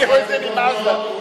אני רואה שנמאס לך.